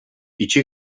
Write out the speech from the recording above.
itxi